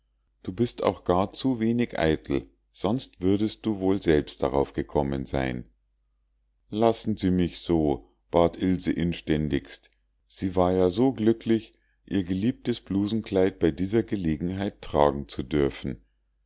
du bist auch gar zu wenig eitel sonst würdest du wohl selbst darauf gekommen sein lassen sie mich so bat ilse inständigst sie war ja so glücklich ihr geliebtes blusenkleid bei dieser gelegenheit tragen zu dürfen